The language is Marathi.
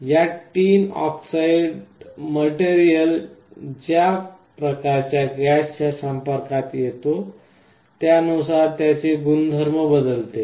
या टिन डाय ऑक्साईड मटेरियल ज्या प्रकारच्या गॅसच्या संपर्कात येतो त्यानुसार त्याचे गुणधर्म बदलू शकतो